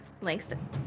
Langston